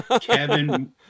Kevin